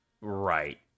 Right